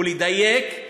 ולדייק,